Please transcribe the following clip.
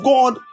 God